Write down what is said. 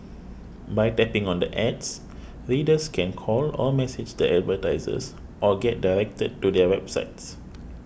by tapping on the ads readers can call or message the advertisers or get directed to their websites